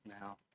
now